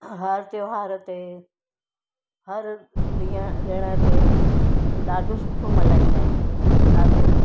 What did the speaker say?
हर त्योहार ते हर ॾींहं ॾिण ते ॾाढो सुठो मल्हाईंदा आहिनि ॾाढो